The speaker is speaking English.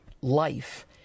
life